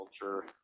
culture